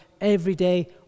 everyday